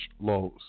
lows